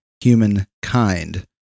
humankind